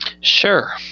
Sure